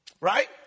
right